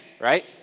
right